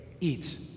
eat